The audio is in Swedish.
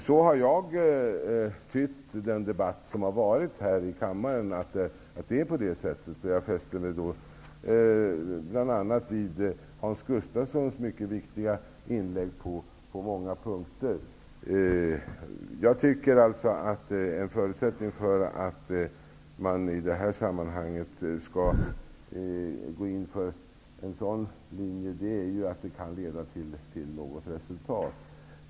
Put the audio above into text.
Så har jag tytt den debatt som har ägt rum här i kammaren. Jag fäste mig då bl.a. vid Hans Gustafssons på många punkter mycket viktiga inlägg. Jag tycker alltså att en förutsättning för att man i detta sammanhang skall gå in för en sådan linje är att det kan leda till något resultat.